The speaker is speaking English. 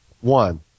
One